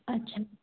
अच्छा